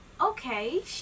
Okay